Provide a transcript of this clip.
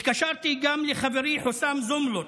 התקשרתי גם לחברי חוסאם זומלוט,